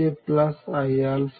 iαkiα A